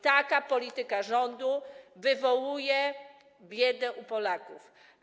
Taka polityka rządu powoduje biedę Polaków.